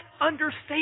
understand